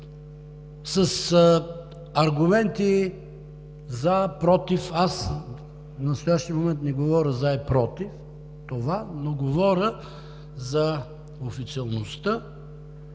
с аргументи „за“ и „против“, но в настоящия момент не говоря за и против това, но говоря за официалността